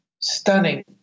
stunning